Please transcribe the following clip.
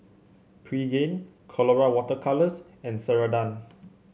Pregain Colora Water Colours and Ceradan